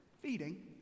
feeding